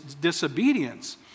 disobedience